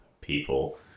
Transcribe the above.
people